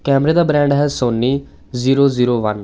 ਕੈਮਰੇ ਦਾ ਬ੍ਰੈਂਡ ਹੈ ਸੋਨੀ ਜ਼ੀਰੋ ਜ਼ੀਰੋ ਵੰਨ